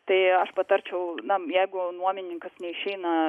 tai aš patarčiau jeigu nuomininkams neišeina